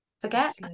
forget